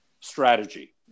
strategy